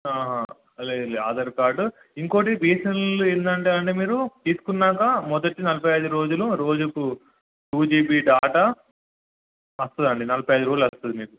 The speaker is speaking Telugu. ఆహా లేదు ఆధార్ కార్డు ఇంకోటి బిఎస్ఎన్ఎల్ ఏంటంటే అండి మీరు తీసుకున్నాక మొదటి నలభై ఐదు రోజులు రోజుకు టూ జీబి డాటా వస్తుందండి నలభై ఐదు రోజులు వస్తుంది మీకు